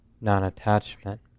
non-attachment